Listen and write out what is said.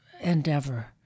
endeavor